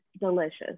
delicious